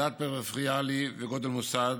מדד פריפריאלי וגודל מוסד,